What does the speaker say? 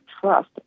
trust